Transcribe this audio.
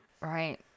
Right